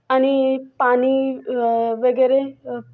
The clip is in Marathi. आणि पाणी वगैरे ओ